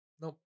Nope